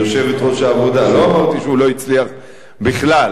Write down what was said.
יושבת-ראש העבודה, לא אמרתי שהוא לא הצליח בכלל.